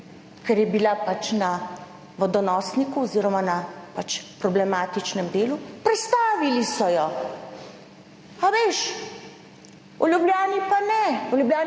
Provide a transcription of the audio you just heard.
Ker je bila pač na vodonosniku oziroma na pač problematičnem delu predstavili so jo. Ali veš, v Ljubljani pa ne. V Ljubljani